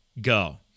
go